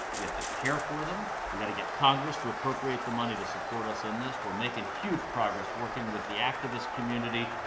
we have to care for them. we got to get congress to appropriate the money to support us in this. we're making huge progress working with the activist community,